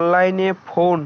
অনলাইনে ফোন